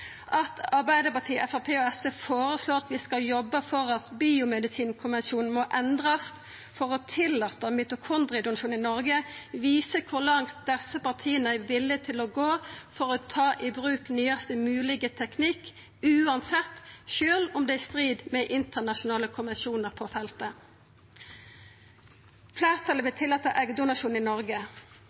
At Arbeidarpartiet, Framstegspartiet og SV føreslår at vi skal jobba for at biomedisinkonvensjonen skal endrast for å tillata mitokondriedonasjon i Noreg, viser kor langt desse partia er viljuge til å gå for å ta i bruk nyaste moglege teknikk uansett, sjølv om det er i strid med internasjonale konvensjonar på feltet. Fleirtalet vil tillata eggdonasjon i Noreg.